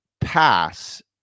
pass